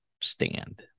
stand